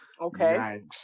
okay